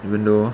even though